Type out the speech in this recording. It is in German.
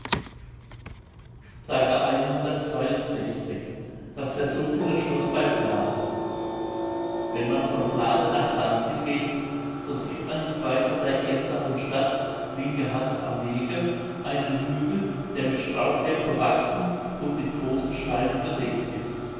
mündlich das versunkene schloß bei plathe wenn man von plathe nach danzig geht so sieht man nicht weit von der ersteren stadt linker hand am wege einen hügel der mit strauchwerk bewachsen und mit großen steinen bedeckt ist